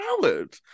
Howard